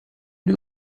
new